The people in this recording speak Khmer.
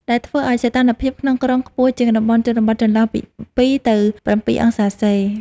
ដែលធ្វើឱ្យសីតុណ្ហភាពក្នុងក្រុងខ្ពស់ជាងតំបន់ជនបទចន្លោះពី ២ ទៅ ៧ អង្សាសេ។